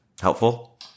helpful